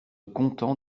content